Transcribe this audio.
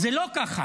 זה לא ככה,